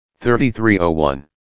3301